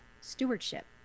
stewardship